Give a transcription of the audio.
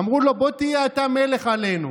אמרו לו: בוא תהיה אתה מלך עלינו.